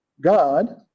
God